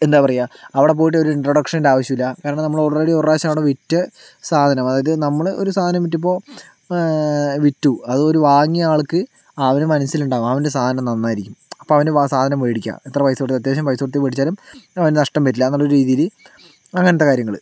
എന്താ പറയുക അവിടെ പോയിട്ട് ഒരു ഇൻട്രൊഡക്ഷൻ ആവശ്യമില്ല കാരണം നമ്മൾ ഓൾറെഡി ഒരു പ്രാവശ്യം അവിടെ വിറ്റ് സാധനം അതായത് നമ്മൾ ഒരു സാധനം വിറ്റു ഇപ്പോൾ വിറ്റു അത് ഒരു വാങ്ങിയ ആൾക്ക് അവൻറെ മനസ്സിൽ ഉണ്ടാവും അവൻറെ സാധനം നന്നായിരിക്കും അവൻറെ സാധനം മേടിക്കാം എത്ര പൈസ കൊടുത്താലും അത്യാവശ്യം പൈസ കൊടുത്തു മേടിച്ചാലും നഷ്ടം വരില്ലാന്നുള്ള രീതിയിൽ അങ്ങനത്തെ കാര്യങ്ങൾ